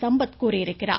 சம்பத் கூறியிருக்கிறார்